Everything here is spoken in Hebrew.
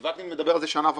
וקנין מדבר על זה שנה וחצי,